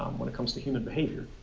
um when it comes to human behavior